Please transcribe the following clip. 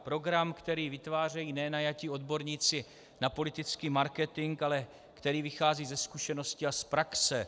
Program, který vytvářejí ne najatí odborníci na politický marketing, ale který vychází ze zkušeností a z praxe.